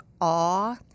awe